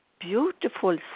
Beautiful